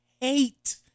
hate